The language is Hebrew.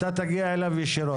אתה תגיע אליו ישירות.